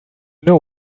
know